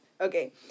okay